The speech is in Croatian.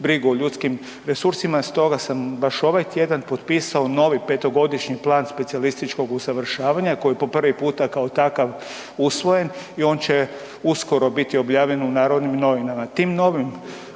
brigu o ljudskim resursima. Stoga sam baš ovaj tjedan potpisao novi petogodišnji Plan specijalističkog usavršavanja koji je po prvi puta kao takav usvojen i on će uskoro biti objavljen u Narodnim novinama.